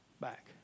back